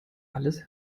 alles